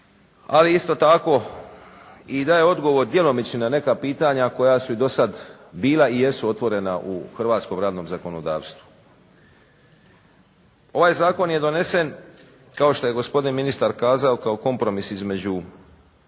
ali isto tak i daje odgovor djelomični na neka pitanja koja su i do sada bila i jesu otvorena u hrvatskom radnom zakonodavstvu. Ovaj zakon je donesen kao što je gospodin ministar kazao kao kompromis između